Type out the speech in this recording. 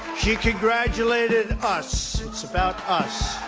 she congratulated us it's about us